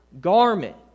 garment